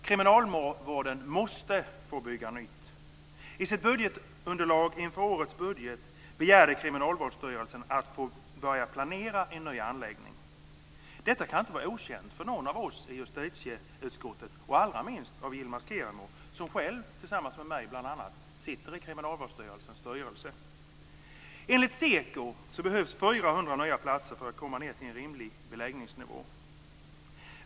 Kriminalvården måste få bygga nytt. I sitt budgetunderlag inför årets budget begärde Kriminalvårdsstyrelsen att få börja planera en ny anläggning. Detta kan inte vara okänt för någon av oss i justitieutskottet, och allra minst för Yilmaz Kerimo som själv, tillsammans med bl.a. mig, sitter i Kriminalvårdsstyrelsens styrelse. Enligt SEKO behövs det 400 nya platser för att komma ned till en rimlig beläggningsnivå.